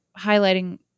highlighting